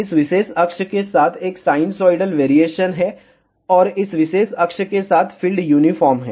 इसलिए इस विशेष अक्ष के साथ एक साइनसोइडल वेरिएशन है और इस विशेष अक्ष के साथ फील्ड यूनिफॉर्म है